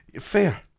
Fair